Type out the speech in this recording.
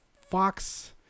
Fox